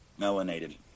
melanated